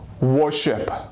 worship